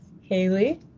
Haley